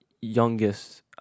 youngest